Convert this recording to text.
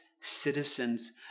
citizens